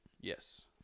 Yes